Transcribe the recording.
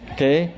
Okay